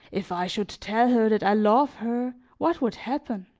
if i should tell her that i love her, what would happen?